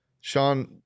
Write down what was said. Sean